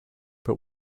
but